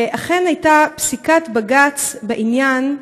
אכן הייתה פסיקת בג"ץ בעניין,